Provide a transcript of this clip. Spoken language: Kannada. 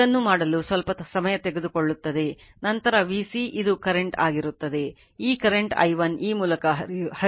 ಇದನ್ನು ಮಾಡಲು ಸ್ವಲ್ಪ ಸಮಯ ತೆಗೆದುಕೊಳ್ಳುತ್ತದೆ ಮತ್ತು ನಂತರ Vc ಇದು ಕರೆಂಟ್ ಆಗಿರುತ್ತದೆ ಈ ಕರೆಂಟ್ i1 ಈ ಮೂಲಕ ಹರಿಯುತ್ತಿದೆ